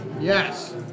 Yes